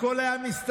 הכול היה מסתדר.